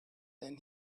then